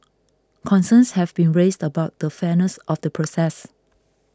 concerns have been raised about the fairness of the process